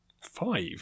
Five